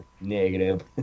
Negative